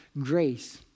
grace